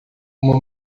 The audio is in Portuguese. uma